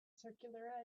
circular